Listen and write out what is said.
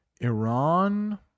iran